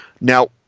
Now